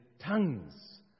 tongues